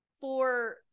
for-